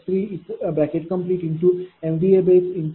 0192220